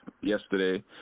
yesterday